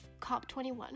COP21